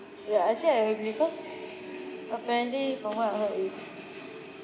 ya actually I agree cause apparently from what I heard is